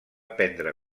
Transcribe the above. prendre